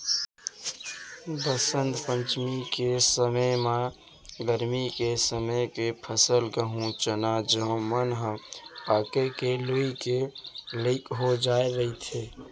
बसंत पंचमी के समे म गरमी के समे के फसल गहूँ, चना, जौ मन ह पाके के लूए के लइक हो जाए रहिथे